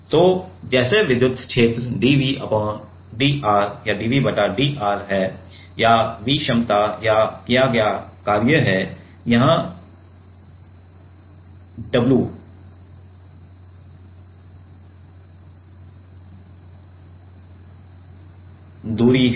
तो जैसे विद्युत क्षेत्र dVdr है या V क्षमता या किया गया कार्य है यहाँ w दूरी है